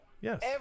Yes